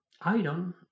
iron